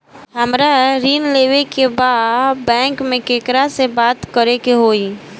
हमरा ऋण लेवे के बा बैंक में केकरा से बात करे के होई?